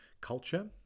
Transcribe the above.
culture